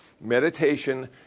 Meditation